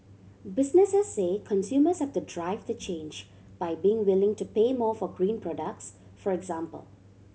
businesses say consumers have the drive to change by being willing to pay more for green products for example